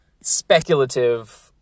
speculative